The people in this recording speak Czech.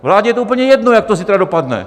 Vládě je to úplně jedno, jak to zítra dopadne!